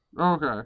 Okay